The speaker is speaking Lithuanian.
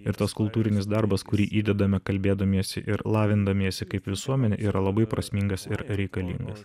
ir tas kultūrinis darbas kurį įdedame kalbėdamiesi ir lavindamiesi kaip visuomenė yra labai prasmingas ir reikalingas